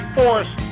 force